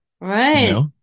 Right